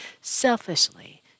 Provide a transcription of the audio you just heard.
selfishly